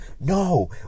No